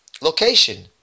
location